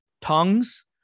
tongues